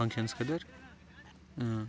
فَنٛگشَنَس خٲطٕر اۭں